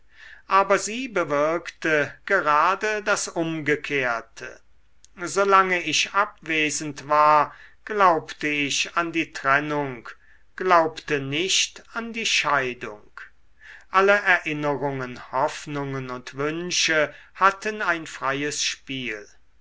aber sie bewirkte gerade das umgekehrte solange ich abwesend war glaubte ich an die trennung glaubte nicht an die scheidung alle erinnerungen hoffnungen und wünsche hatten ein freies spiel